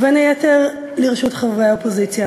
ובין היתר לרשות חברי האופוזיציה,